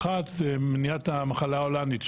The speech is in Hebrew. אחת זה מניעת המחלה ההולנדית,